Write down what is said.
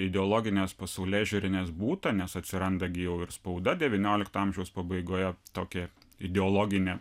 ideologinės pasaulėžiūrinės būta nes atsiranda gi jau ir spauda devyniolikto amžiaus pabaigoje tokia ideologinė